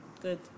good